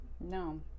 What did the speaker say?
No